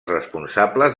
responsables